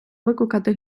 викликати